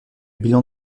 bilan